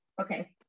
okay